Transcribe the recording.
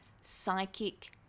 psychic